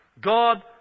God